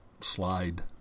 slide